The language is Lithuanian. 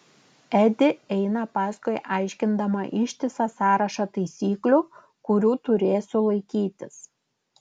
edi eina paskui aiškindama ištisą sąrašą taisyklių kurių turėsiu laikytis